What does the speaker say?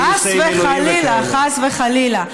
חס וחלילה, חס וחלילה.